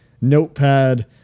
notepad